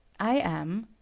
i am.